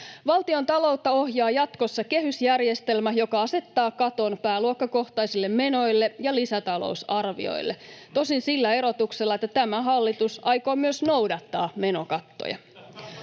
Valtiontaloutta ohjaa jatkossa kehysjärjestelmä, joka asettaa katon pääluokkakohtaisille menoille ja lisätalousarvioille, tosin sillä erotuksella, että tämä hallitus aikoo myös noudattaa menokattoja.